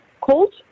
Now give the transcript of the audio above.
Cold